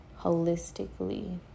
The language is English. holistically